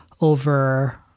over